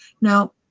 Now